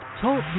Talk